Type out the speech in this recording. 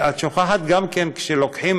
את שוכחת גם שכשלוקחים